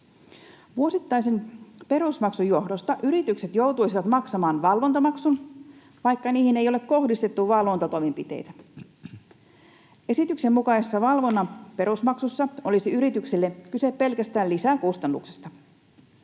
Vuosittaisen perusmaksun johdosta yritykset joutuisivat maksamaan valvontamaksun, vaikka niihin ei ole kohdistettu valvontatoimenpiteitä. Esityksen mukaisessa valvonnan perusmaksussa olisi yritykselle kyse pelkästään lisäkustannuksesta.